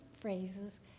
phrases